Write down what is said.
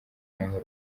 n’aho